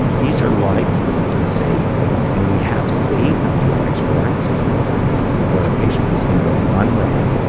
these are lives that we can save and we have saved them through our expert access program where a patient was going to go one way,